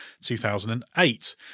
2008